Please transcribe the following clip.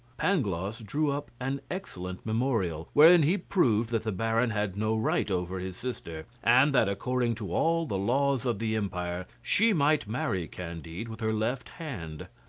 pangloss drew up an excellent memorial, wherein he proved that the baron had no right over his sister, and that according to all the laws of the empire, she might marry candide with her left hand.